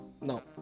No